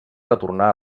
retornar